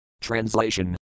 Translation